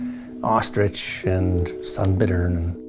ostrich, and sunbittern.